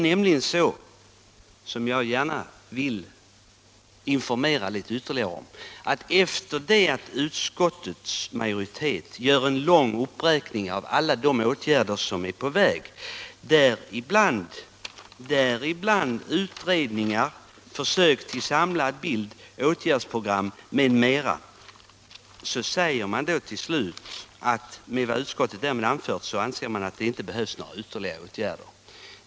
Jag vill gärna informera litet ytterligare om att efter det att vi inom utskottsmajoriteten gjort en lång uppräkning av alla de åtgärder som är på väg — däribland utredningar, försök till samlad bild och åtgärdsprogram —- Säger vi att med vad utskottet därmed anfört anser vi att det inte behövs några ytterligare åtgärder.